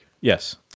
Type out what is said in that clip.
Yes